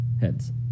Heads